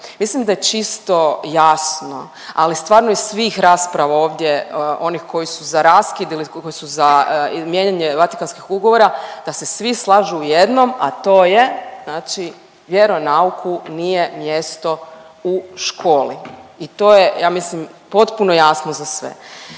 Mislim da je čisto jasno, ali stvarno iz svih rasprava ovdje onih koji su za raskid ili koji su za mijenjanje Vatikanskih ugovora da se svi slažu u jednom, a to je znači vjeronauku nije mjesto u školi i to je ja mislim potpuno jasno za sve.